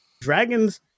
dragons